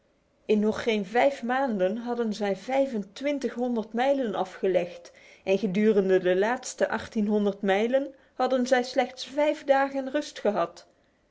in nog geen vijf maanden hadden zij vijf en twintighonderd mijlen afgelegd en gedurende de laatste achttienhonderd mijlen hadden zij slechts vijf dagen rust gehad